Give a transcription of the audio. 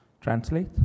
translate